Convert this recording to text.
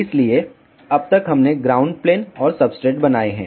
इसलिए अब तक हमने ग्राउंड प्लेन और सब्सट्रेट बनाए हैं